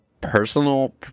personal